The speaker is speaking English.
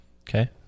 okay